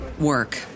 work